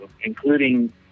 including